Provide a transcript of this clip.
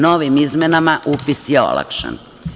Novim izmenama, upis je olakšan.